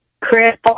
Chris